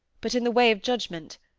but in the way of judgment.